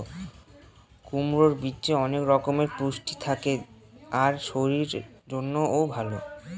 কুমড়োর বীজে অনেক রকমের পুষ্টি থাকে আর শরীরের জন্যও ভালো